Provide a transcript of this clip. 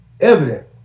evident